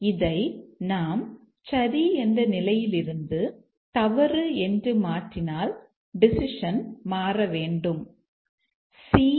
இதை நாம் சரி என்ற நிலையிலிருந்து தவறு என்று மாற்றினால் டெசிஷன் மாற வேண்டும்